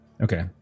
okay